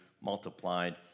multiplied